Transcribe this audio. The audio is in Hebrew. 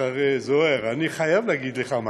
אחרי זוהיר, אני חייב להגיד לך משהו,